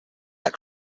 that